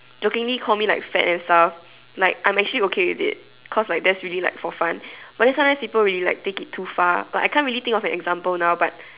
jokingly call me like fat and stuff like I'm actually okay with it cause like that's really like for fun but then sometimes people really like take it too far but I can't really think of an example now but